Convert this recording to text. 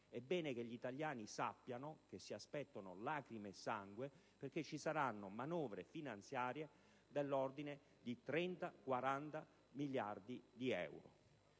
È bene che gli italiani sappiano che debbono aspettarsi lacrime e sangue, perché saranno varate manovre finanziarie dell'ordine di 30-40 miliardi di euro.